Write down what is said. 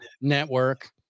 network